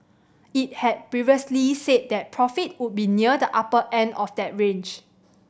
it had previously said that profit would be near the upper end of that range